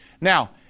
Now